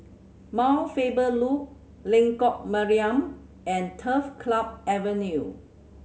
Mount Faber Loop Lengkok Mariam and Turf Club Avenue